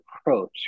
approach